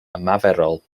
ymarferol